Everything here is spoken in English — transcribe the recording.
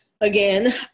again